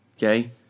Okay